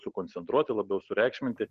sukoncentruoti labiau sureikšminti